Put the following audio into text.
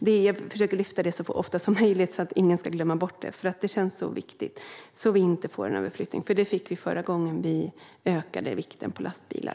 Jag försöker lyfta fram det så ofta som möjligt så att ingen ska glömma bort det, för det känns så viktigt. Det handlar om att inte få en överflyttning, vilket vi fick förra gången vi ökade vikten på lastbilar.